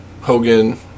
Hogan